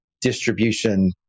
distribution